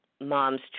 Mom's